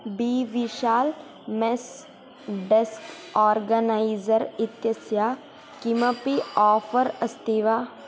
B Vishal mesh desk organiser इत्यस्य किमपि offer अस्ति वा